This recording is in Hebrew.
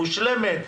מושלמת,